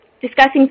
Discussing